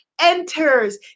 enters